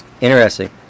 interesting